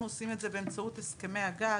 אנחנו עושים את זה באמצעות הסכמי הגג,